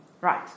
Right